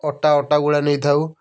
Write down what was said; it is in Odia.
ଅଟା ଅଟା ଗୁଳା ନେଇଥାଉ